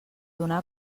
donar